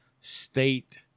State